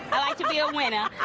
i like to be a winner.